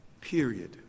period